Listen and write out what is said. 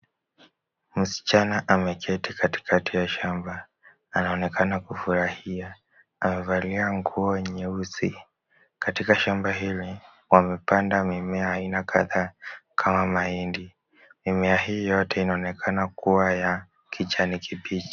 Msichana ameketi katikati ya shamba anaonekana kufurahia , amevalia nguo nyeusi, katika shamba hili wamepanda mimea aina kadhaa kama mahindi ,mimea hii yote inaonekana kua kijani kibichi .